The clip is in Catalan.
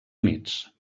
units